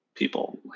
People